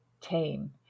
team